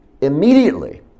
immediately